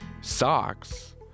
socks